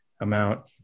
amount